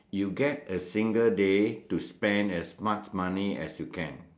you get a single day to spend as much money as you can